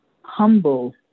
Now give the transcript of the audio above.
humble